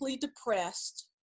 depressed